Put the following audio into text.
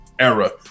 era